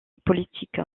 politique